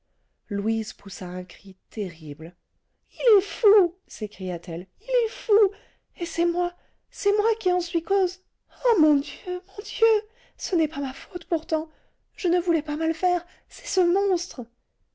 louise poussa un cri terrible il est fou s'écria-t-elle il est fou et c'est moi c'est moi qui en suis cause oh mon dieu mon dieu ce n'est pas ma faute pourtant je ne voulais pas mal faire c'est ce monstre